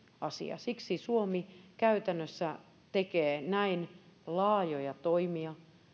asia siksi suomi käytännössä tekee näin laajoja toimia